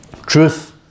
truth